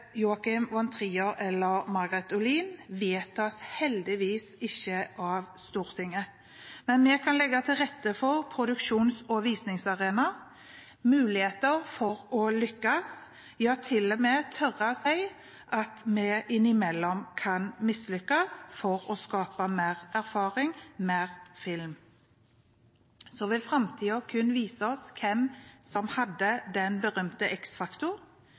Olin, vedtas heldigvis ikke av Stortinget. Men vi kan legge til rette for produksjons- og visningsarenaer, muligheter for å lykkes, ja, til og med tørre å si at vi innimellom kan mislykkes for å skape mer erfaring, mer film. Så vil kun framtiden vise hvem som hadde den berømte